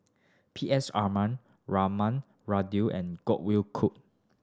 P S Aman Raman and Godwin Koay